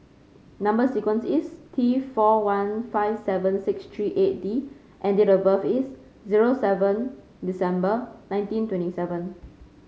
number sequence is T four one five seven six three eight D and date of birth is zero seven December nineteen twenty seven